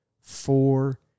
Four